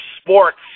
sports